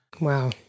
Wow